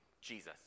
Jesus